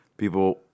people